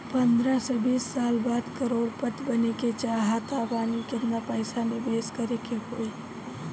पंद्रह से बीस साल बाद करोड़ पति बने के चाहता बानी केतना पइसा निवेस करे के होई?